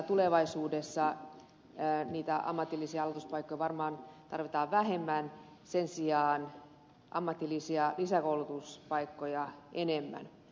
tulevaisuudessa niitä ammatillisia aloituspaikkoja varmaan tarvitaan vähemmän sen sijaan ammatillisia lisäkoulutuspaikkoja enemmän